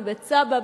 מבית סבא.